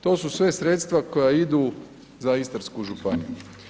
To su sve sredstva koja idu za Istarsku županiju.